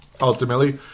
ultimately